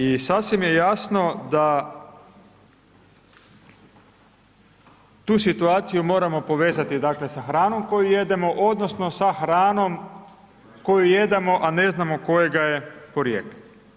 I sasvim je jasno da, tu situaciju moramo povezati sa hranom koju jedemo, odnosno, sa hranom koju jedemo, a ne znamo kojega je porijekla.